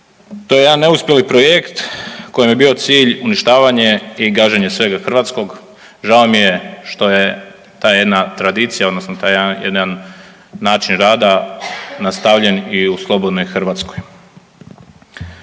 To je jedan neuspjeli projekt kojem je bio cilj uništavanje i gaženje svega hrvatskog, žao mi je što je ta jedna tradicija odnosno taj jedan način rada nastavljen i u slobodnoj Hrvatskoj.